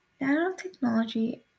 Nanotechnology